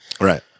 Right